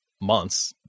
months